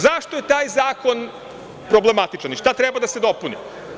Zašto je taj zakon problematičan i šta treba da se dopuni?